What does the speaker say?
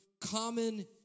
common